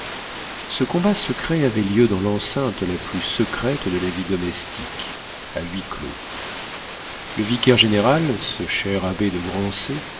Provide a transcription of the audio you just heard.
ce combat secret avait lieu dans l'enceinte la plus secrète de la vie domestique à huis clos le vicaire-général ce cher abbé de grancey